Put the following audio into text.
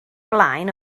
blaen